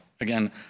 again